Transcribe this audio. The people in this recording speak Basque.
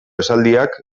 esaldiak